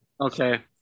Okay